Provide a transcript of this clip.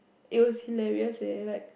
it was hilarious leh like